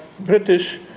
British